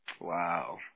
Wow